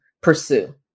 pursue